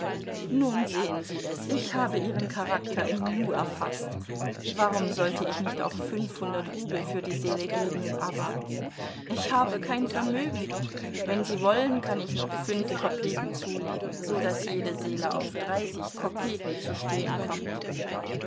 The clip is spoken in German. nun sehen sie es ich habe ihren charakter im nu erfaßt warum sollte ich nicht auch fünfhundert rubel für die seele geben aber ich habe kein vermögen wenn sie wollen kann ich noch fünf kopeken zulegen so daß jede seele auf dreißig kopeken zu stehen kommt